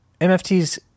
MFTs